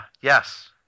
yes